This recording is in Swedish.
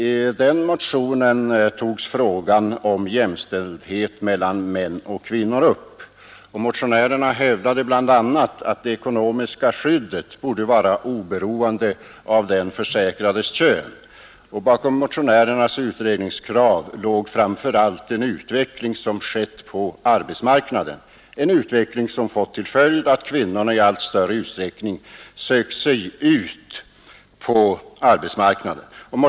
I den motionen togs frågan om jämställdhet mellan män och kvinnor upp, och motionärerna hävdade bl.a. att det ekonomiska skyddet borde vara oberoende av den försäkrades kön. Bakom motionärernas utredningskrav låg framför allt den utveckling som skett på arbetsmarknaden, vilken hade fått till följd att kvinnorna i allt större utsträckning sökte sig ut på arbetsmarknaden.